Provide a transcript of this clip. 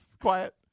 quiet